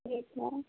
यह क्या है